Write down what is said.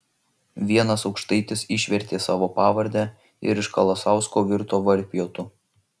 vienas aukštaitis išvertė savo pavardę ir iš kalasausko virto varpiotu